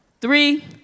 Three